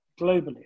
Globally